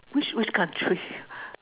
which which country